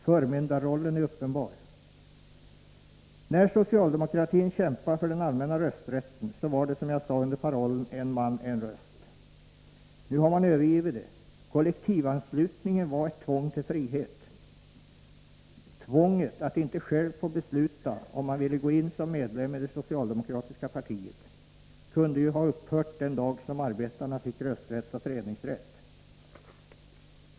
Förmyndarrollen är uppenbar. När socialdemokratin kämpade för den allmänna rösträtten gjorde den det, som jag nyss sade, under parollen ”en man, en röst”. Nu har man övergivit den principen. Kollektivanslutningen var ett ”tvång till frihet”. Tvånget att inte själv få besluta om man ville gå in som medlem i det socialdemokratiska partiet kunde ha upphört den dag som arbetarna fick rösträtt och föreningsrätt.